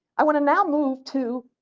i want to now move to